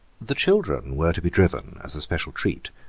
the children were to be driven, as a special treat,